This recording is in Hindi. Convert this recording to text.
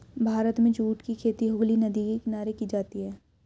भारत में जूट की खेती हुगली नदी के किनारे की जाती है